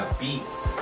beats